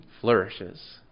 Flourishes